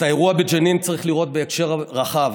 את האירוע בג'נין צריך לראות בהקשר רחב.